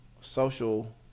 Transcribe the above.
social